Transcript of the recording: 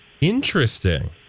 Interesting